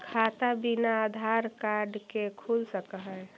खाता बिना आधार कार्ड के खुल सक है?